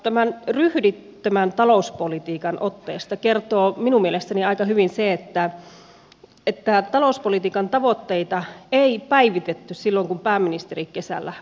tämän ryhdittömän talouspolitiikan otteesta kertoo minun mielestäni aika hyvin se että talouspolitiikan tavoitteita ei päivitetty silloin kun pääministeri kesällä vaihtui